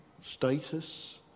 status